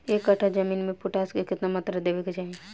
एक कट्ठा जमीन में पोटास के केतना मात्रा देवे के चाही?